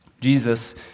Jesus